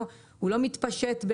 הוא לא מתפשט,